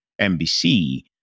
NBC